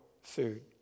food